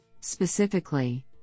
Specifically